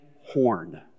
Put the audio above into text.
horn